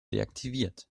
deaktiviert